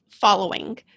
following